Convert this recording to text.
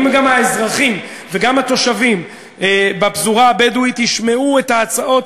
אם גם האזרחים וגם התושבים בפזורה הבדואית ישמעו את ההצעות,